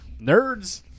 nerds